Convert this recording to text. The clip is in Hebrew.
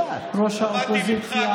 ראש האופוזיציה.